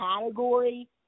category